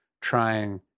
trying